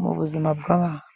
mu buzima bw'abantu.